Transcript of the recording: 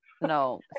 No